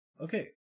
Okay